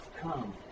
come